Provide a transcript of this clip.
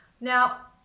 Now